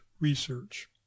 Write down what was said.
research